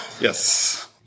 Yes